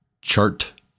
chart